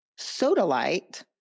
sodalite